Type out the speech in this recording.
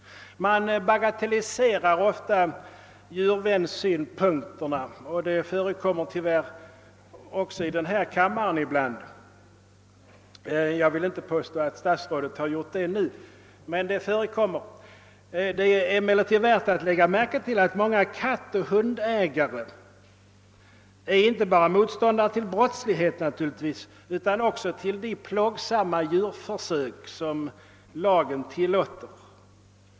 Man bagatelliserar ofta djurvännernas synpunkter — ibland också i denna kammare. Jag vill inte påstå att statsrådet har gjort det nu, men det är värt att notera att många kattoch hundägare inte bara är motståndare till brottslighet utan också till de plågsamma djurförsök som lagen tillåter.